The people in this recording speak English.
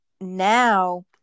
now